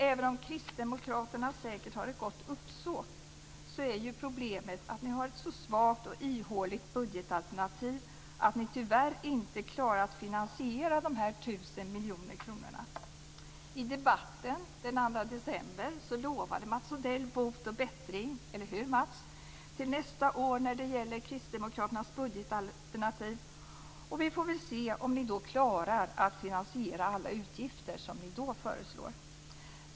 Även om ni kristdemokrater säkert har ett gott uppsåt är problemet att ni har ett så svagt och ihåligt budgetalternativ att ni tyvärr inte klarar att finansiera de här 1 000 miljoner kronorna. I debatten den 2 december lovade Mats Odell bot och bättring - eller hur Mats Odell? - till nästa år när det gäller Kristdemokraternas budgetalternativ. Vi får väl se om ni klarar att finansiera alla de utgifter som ni då föreslår.